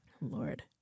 Lord